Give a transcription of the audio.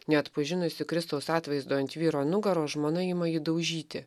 neatpažinusi kristaus atvaizdo ant vyro nugaros žmona ima jį daužyti